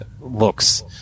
looks